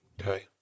Okay